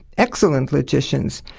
excellent logicians.